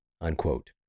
unquote